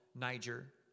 Niger